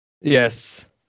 Yes